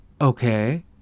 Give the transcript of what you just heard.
Okay